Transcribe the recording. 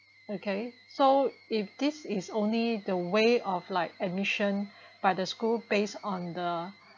okay so if this is only the way of like admission by the school based on the